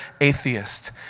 atheist